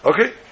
Okay